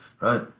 right